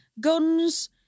Guns